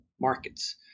markets